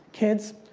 kids?